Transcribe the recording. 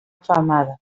femada